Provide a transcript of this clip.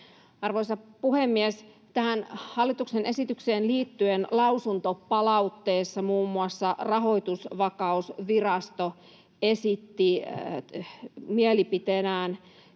Arvoisa puhemies! Tähän hallituksen esitykseen liittyen lausuntopalautteessa muun muassa Rahoitusvakausvirasto esitti mielipiteenään,